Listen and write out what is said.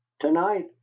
Tonight